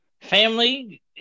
family